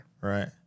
Right